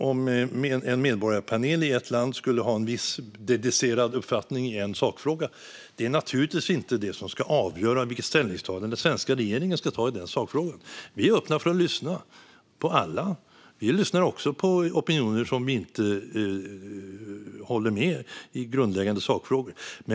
Att en medborgarpanel i ett land skulle ha en viss dedicerad uppfattning i en viss sakfråga är naturligtvis inte det som ska avgöra vilket ställningstagande den svenska regeringen ska göra i den sakfrågan. Vi är öppna för att lyssna på alla. Vi lyssnar också på opinioner som vi inte håller med om i grundläggande sakfrågor.